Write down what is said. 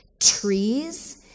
trees